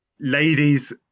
ladies